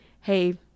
hey